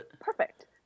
perfect